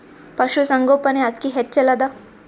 ಪಶುಸಂಗೋಪನೆ ಅಕ್ಕಿ ಹೆಚ್ಚೆಲದಾ?